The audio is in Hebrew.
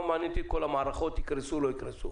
ולא מעניין אותי שכל המערכות יקרסו או לא יקרסו.